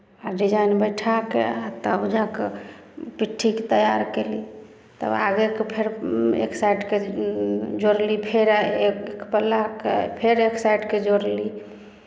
आ डिजाइन बैठा कऽ तब जा कऽ पिट्ठीकेँ तैयार कयली तब आगेके फेर एक साइडके जोड़ली फेर एक पल्लाके फेर एक साइडकेँ जोड़ली